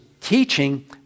teaching